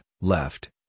left